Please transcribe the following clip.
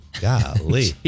Golly